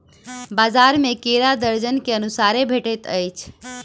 बजार में केरा दर्जन के अनुसारे भेटइत अछि